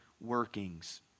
workings